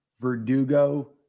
Verdugo